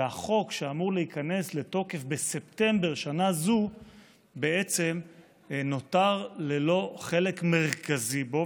והחוק שאמור להיכנס לתוקף בספטמבר שנה זו בעצם נותר ללא חלק מרכזי בו.